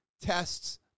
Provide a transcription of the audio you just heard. tests